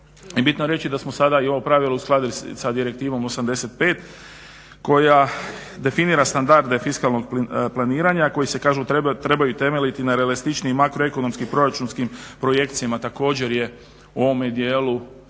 bitno je reći da smo sada i ovo pravilo uskladili sa direktivom 85 koja definira standarde fiskalnog planiranja koji se, kažu trebaju temeljiti na realističnijim makro ekonomskim proračunskim projekcijama. Također je u ovome djelu